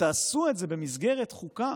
כשתעשו את זה במסגרת חוקה